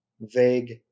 vague